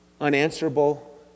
unanswerable